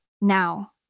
Now